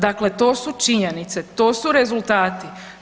Dakle, to su činjenice, to su rezultati.